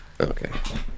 okay